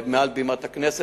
ואני חוזר מעל בימת הכנסת: